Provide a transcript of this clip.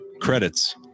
credits